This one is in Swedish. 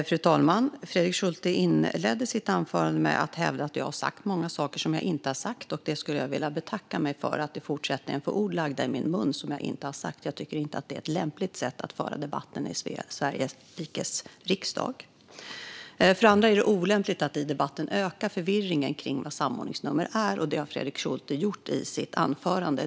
Fru talman! Fredrik Schulte inledde sitt anförande med att hävda att jag har sagt många saker som jag inte har sagt. Jag skulle vilja betacka mig för att i fortsättningen få ord lagda i min mun som jag inte har sagt. Jag tycker inte att det är ett lämpligt sätt att föra debatten i Sveriges rikes riksdag. Det är också olämpligt att i debatten öka förvirringen kring vad samordningsnummer är, och det har Fredrik Schulte gjort i sitt anförande.